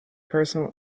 personal